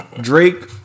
Drake